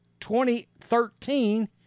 2013